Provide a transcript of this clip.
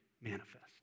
manifest